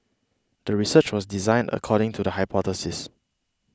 the research was designed according to the hypothesis